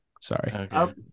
sorry